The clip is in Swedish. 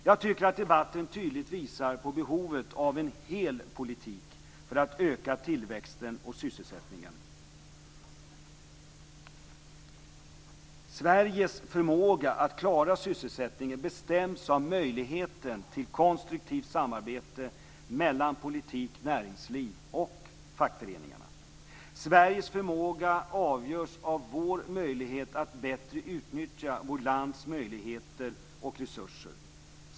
Jag tycker att debatten tydligt visar på behovet av en hel politik för att man skall kunna öka tillväxten och sysselsättningen. Sveriges förmåga att klara sysselsättningen bestäms av möjligheten till konstruktivt samarbete mellan politik, näringsliv och fackföreningar. Sveriges förmåga avgörs av vår möjlighet att bättre utnyttja vårt lands möjligheter och resurser.